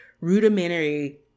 rudimentary